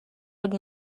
would